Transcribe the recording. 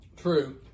True